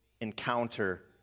encounter